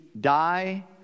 die